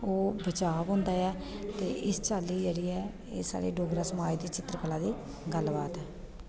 ओह् बचाव होंदा ऐ ते इस चाल्ली जेह्ड़ी ऐ एह् साढ़ी डोगरा चित्तरकारी दी गल्ल बात ऐ